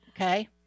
Okay